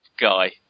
guy